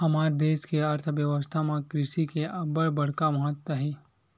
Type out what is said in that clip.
हमर देस के अर्थबेवस्था म कृषि के अब्बड़ बड़का महत्ता हे